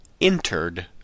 entered